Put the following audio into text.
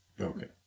Okay